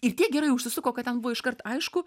ir tiek gerai užsisuko kad ten buvo iškart aišku